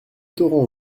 torrent